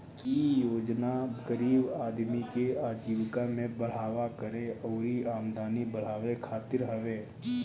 इ योजना गरीब आदमी के आजीविका में बढ़ावा करे अउरी आमदनी बढ़ावे खातिर हवे